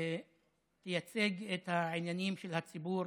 תייצג את העניינים של הציבור